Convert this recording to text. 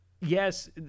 yes